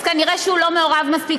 אז כנראה הוא לא מעורב מספיק.